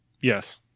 Yes